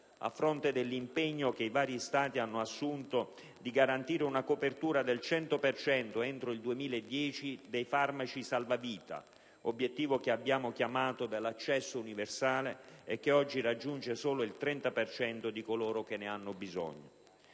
a fronte dell'impegno assunto dai vari Stati di garantire una copertura del 100 per cento, entro il 2010, dei farmaci salvavita, obiettivo che abbiamo chiamato dell'accesso universale, che oggi raggiunge solo il 30 per cento di coloro che ne hanno bisogno.